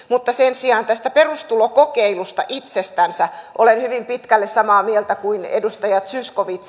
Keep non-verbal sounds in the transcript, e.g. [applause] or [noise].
[unintelligible] mutta sen sijaan tästä perustulokokeilusta itsestänsä olen hyvin pitkälle samaa mieltä kuin edustaja zyskowicz [unintelligible]